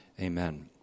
Amen